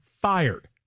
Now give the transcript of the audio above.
fired